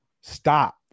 stop